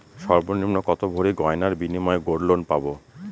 সর্বনিম্ন কত ভরি গয়নার বিনিময়ে গোল্ড লোন পাব?